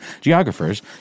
geographers